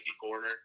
corner